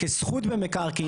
כזכות במקרקעין.